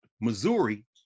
Missouri